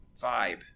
vibe